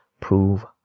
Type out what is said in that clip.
prove